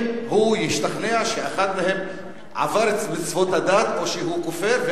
אם הוא ישתכנע שאחד מהם עבר את מצוות הדת או שהוא כופר,